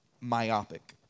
myopic